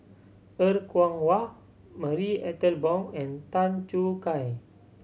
Er Kwong Wah Marie Ethel Bong and Tan Choo Kai